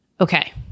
Okay